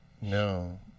No